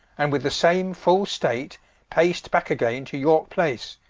and with the same full state pac'd backe againe to yorke-place,